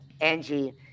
Angie